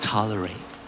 Tolerate